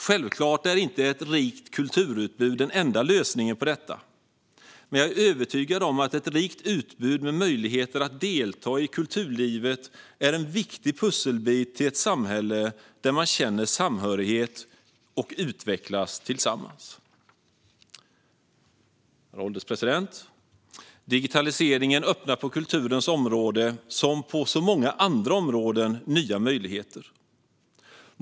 Självklart är inte ett rikt kulturutbud den enda lösningen på detta, men jag är övertygad om att ett rikt utbud med möjligheter att delta i kulturlivet är en viktig pusselbit till ett samhälle där man känner samhörighet och utvecklas tillsammans. Herr ålderspresident! Digitaliseringen öppnar på kulturens område, som på så många andra områden, nya möjligheter.